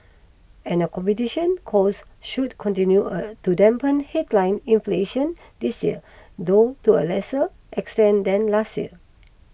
accommodation costs should continue a to dampen headline inflation this year though to a lesser extent than last year